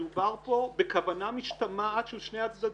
מדובר פה בכוונה משתמעת של שני הצדדים.